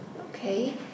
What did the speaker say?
Okay